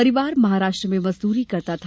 परिवार महाराष्ट्र में मजदूरी करता था